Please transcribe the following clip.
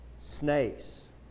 Snakes